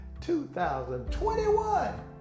2021